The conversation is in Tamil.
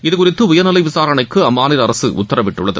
இதுகுறித்து உயர்நிலை விசாரணைக்கு அம்மாநில அரசு உத்தரவிட்டுள்ளது